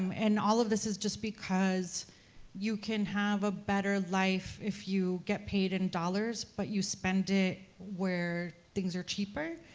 um and all of this is just because you can have a better life if you get paid in dollars, but you spend it where things are cheaper,